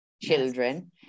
children